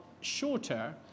shorter